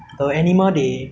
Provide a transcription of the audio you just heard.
then